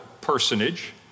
personage